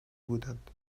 بودند